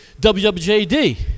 WWJD